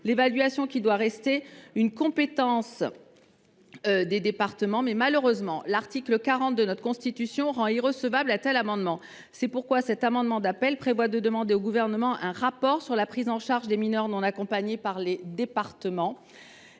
évaluation devant rester de la compétence des départements. Malheureusement, l’article 40 de notre Constitution rend irrecevable un amendement allant en ce sens. C’est pourquoi cet amendement d’appel vise à demander au Gouvernement un rapport sur la prise en charge des mineurs non accompagnés par les départements.